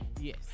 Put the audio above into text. Yes